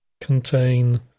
contain